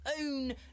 own